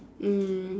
um